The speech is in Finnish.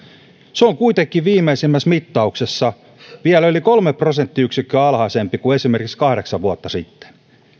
se on kuitenkin viimeisimmässä mittauksessa vielä yli kolme prosenttiyksikköä alhaisempi kuin esimerkiksi kahdeksan vuotta sitten